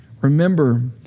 Remember